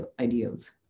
ideals